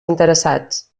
interessats